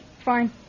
Fine